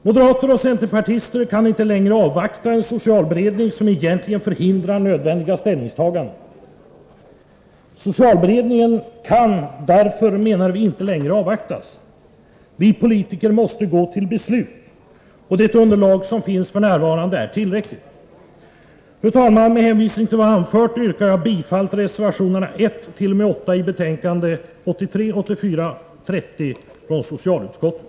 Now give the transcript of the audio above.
Moderater och centerpartister kan inte längre avvakta en socialberedning som egentligen förhindrar nödvändiga ställningstaganden. Vi politiker måste gå till beslut, och det underlag som finns f. n. är tillräckligt. Fru talman! Med hänvisning till vad jag har anfört yrkar jag bifall till reservationerna 1-8 i betänkande 1983/84:30 från socialutskottet.